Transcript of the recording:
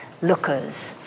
lookers